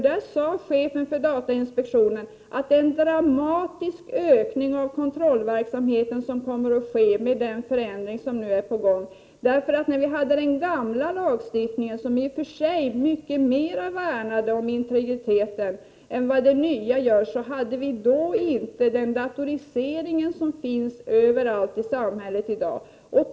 Då sade chefen för datainspektionen att en dramatisk ökning av kontrollverksamheten kommer att ske med den förändring som nu är på gång, därför att när vi hade den gamla lagstiftningen som mycket mera värnade om integriteten än vad den nya gör, så hade vi inte den datorisering som finns överallt i samhället i dag.